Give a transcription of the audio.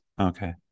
Okay